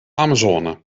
amazone